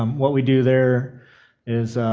um what we do there is